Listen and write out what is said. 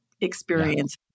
experience